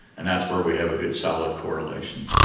and that's where we have a good solid correlation.